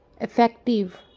Effective